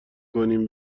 کنیم